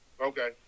Okay